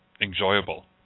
enjoyable